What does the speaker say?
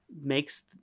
makes